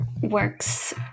works